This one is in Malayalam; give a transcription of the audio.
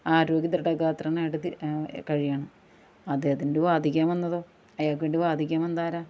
ആരോഗ്യദൃഢഗാത്രനായിട്ട് തിരി കഴിയാണ് അദ്ദേഹത്തിന് വേണ്ടി വാദിക്കാൻ വന്നതോ അയാൾക്ക് വേണ്ടി വാദിക്കാൻ വന്നതാരാ